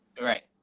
right